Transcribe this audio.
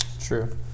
True